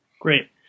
Great